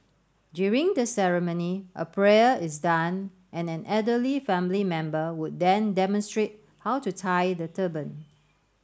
during the ceremony a prayer is done and an elderly family member would then demonstrate how to tie the turban